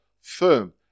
Firm